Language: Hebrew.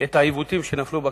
את העיוותים שנפלו בכתבה.